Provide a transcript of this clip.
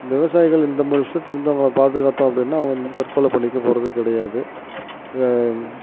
இந்த விவசாயிகள் இந்த மாதிரி விஷயத்துலருந்து அவங்களை பாதுகாத்தோம் அப்படின்னா அவங்க வந்து தற்கொலை பண்ணிக்கப் போகிறது கிடையாது